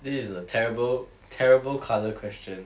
this is a terrible terrible colour question